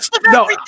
No